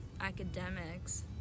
academics